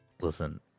Listen